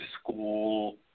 school